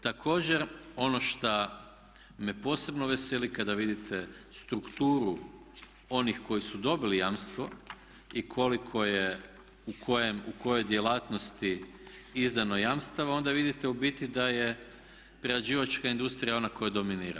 Također ono šta me posebno veseli kada vidite strukturu onih koji su dobili jamstvo i koliko je u kojoj djelatnosti izdano jamstava onda vidite u biti da je prerađivačka industrija ona koja dominira.